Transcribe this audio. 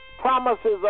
promises